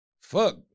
fuck